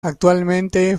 actualmente